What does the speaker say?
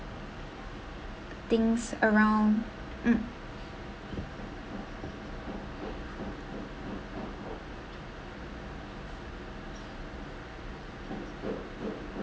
things around mm